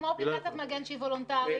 כמו אפליקציית מגן שהיא וולונטרית.